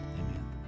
Amen